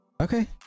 Okay